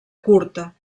curta